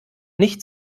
nicht